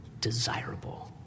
desirable